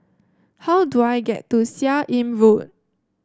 how do I get to Seah Im Road